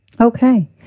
Okay